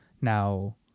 Now